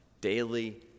Daily